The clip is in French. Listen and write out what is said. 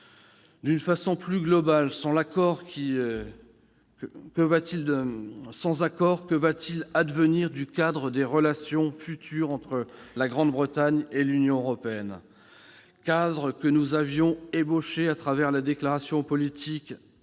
D'une façon plus globale, sans accord, que va-t-il advenir du cadre des relations futures entre la Grande-Bretagne et l'Union européenne, cadre que nous avions ébauché au travers de la « déclaration politique